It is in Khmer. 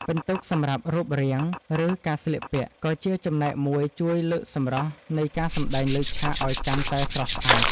ពិន្ទុសម្រាប់រូបរាង ឬ ការស្លៀកពាក់ក៏ជាចំណែកមួយជួយលើកសម្រស់នៃការសម្ដែងលើឆាកឱ្យកាន់តែស្រស់ស្អាត។